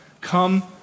Come